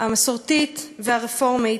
המסורתית והרפורמית,